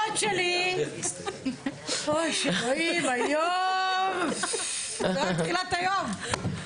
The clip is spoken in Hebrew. אוי, אלוהים, זה רק תחילת היום.